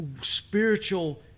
spiritual